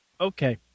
Okay